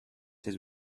his